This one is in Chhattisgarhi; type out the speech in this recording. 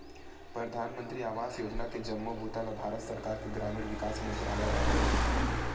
परधानमंतरी आवास योजना के जम्मो बूता ल भारत सरकार के ग्रामीण विकास मंतरालय ह करथे